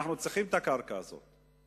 אנחנו צריכים את הקרקע הזאת.